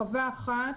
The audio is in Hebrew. חווה אחת,